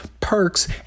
perks